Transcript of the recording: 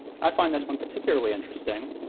i find this one particularly interesting